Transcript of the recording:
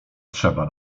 trzeba